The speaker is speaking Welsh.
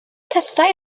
tyllau